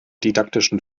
didaktischen